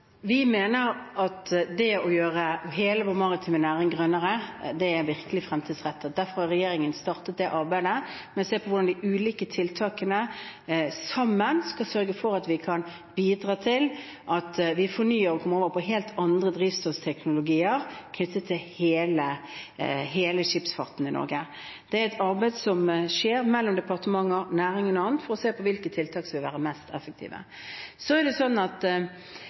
Vi mener at det å gjøre hele vår maritime næring grønnere er virkelig fremtidsrettet. Derfor har regjeringen startet dette arbeidet med å se på hvordan de ulike tiltakene til sammen skal sørge for at vi kan bidra til at vi fornyer og kommer over på helt andre drivstoffteknologier knyttet til hele skipsfarten i Norge. Det er et arbeid som skjer mellom departementer, næringen og andre, for å se på hvilke tiltak som vil være mest effektive. Det å si nå at